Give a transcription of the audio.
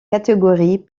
catégories